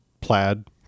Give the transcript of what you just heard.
plaid